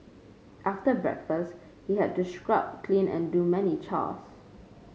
after breakfast he had to scrub clean and do many chores